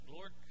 Lord